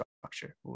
structure